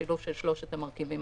השילוב של שלושת המרכיבים